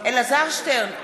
אלעזר שטרן,